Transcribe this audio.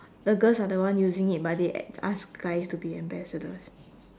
the girls are the one using it but they ac~ ask guys to be ambassadors